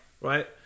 right